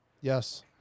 yes